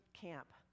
camp